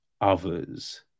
others